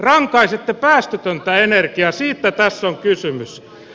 rankaisette päästötöntä energiaa siitä tässä on kysymys